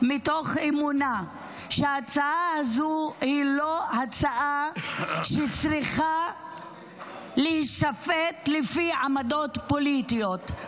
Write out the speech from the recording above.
מתוך אמונה שההצעה הזו היא לא הצעה שצריכה להישפט לפי עמדות פוליטיות,